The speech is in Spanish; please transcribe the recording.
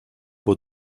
fue